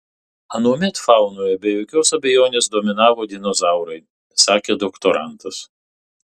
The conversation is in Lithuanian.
anuomet faunoje be jokios abejonės dominavo dinozaurai sakė doktorantas